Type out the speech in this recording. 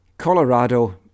Colorado